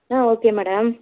ah okay madam